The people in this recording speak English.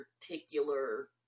particular